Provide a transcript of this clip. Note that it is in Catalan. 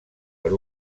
per